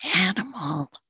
animal